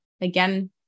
Again